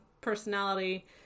personality